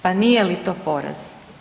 Pa nije li to poraz?